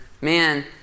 man